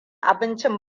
abincin